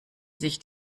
sich